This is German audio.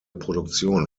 produktion